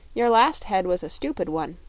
your last head was a stupid one.